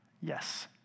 Yes